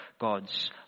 God's